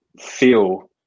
feel